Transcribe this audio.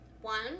One